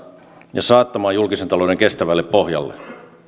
ja saattamaan julkisen talouden kestävälle pohjalle